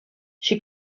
she